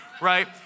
right